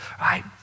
right